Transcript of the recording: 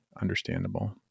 understandable